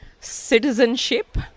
citizenship